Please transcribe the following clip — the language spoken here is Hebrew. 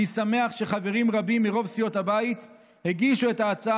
אני שמח שחברים רבים מרוב סיעות הבית הגישו את ההצעה